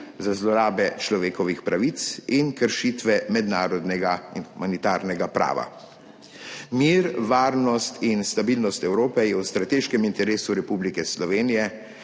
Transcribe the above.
za zlorabe človekovih pravic in kršitve mednarodnega humanitarnega prava. Mir, varnost in stabilnost Evrope so v strateškem interesu Republike Slovenije,